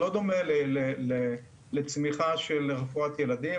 זה לא דומה לצמיחה של רפואת ילדים,